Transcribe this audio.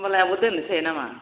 होनबालाय आब' दोननोसै ना मा